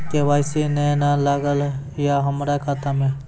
KYC ने न लागल या हमरा खाता मैं?